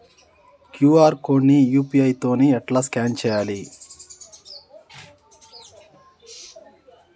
QR code ని UPI తోని ఎట్లా స్కాన్ చేయాలి?